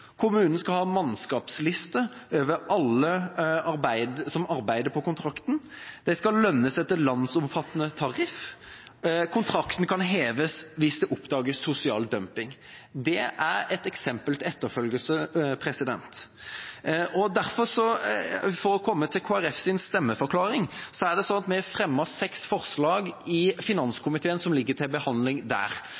kommunen, at kommunen skal ha mannskapsliste over alle som arbeider på kontrakten, at de skal lønnes etter landsomfattende tariff, og at kontrakten kan heves hvis det oppdages sosial dumping. Det er et eksempel til etterfølgelse. Så til Kristelig Folkepartis stemmeforklaring: Det er slik at vi har fremmet seks forslag som ligger til behandling i